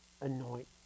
Anoint